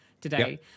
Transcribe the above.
today